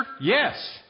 Yes